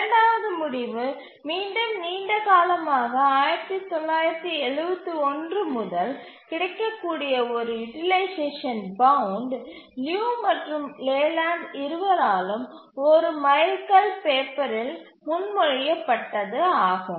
இரண்டாவது முடிவு மீண்டும் நீண்ட காலமாக 1971 முதல் கிடைக்கக்கூடிய ஒரு யூட்டிலைசேஷன் பவுண்ட் லியு மற்றும் லேலண்ட் இருவராலும் ஒரு மைல்கல் பேப்பரில் முன்மொழியப்பட்டது ஆகும்